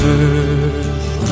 earth